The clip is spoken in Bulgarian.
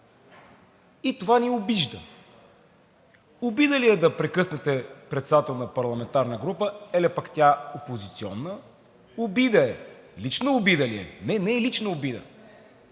и това ни обижда. Обида ли е да прекъснете председател на парламентарна група, еле пък тя опозиционна? Обида е. Лична обида ли е? Не, не е лична обида,